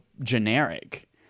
generic